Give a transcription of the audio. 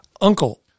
Uncle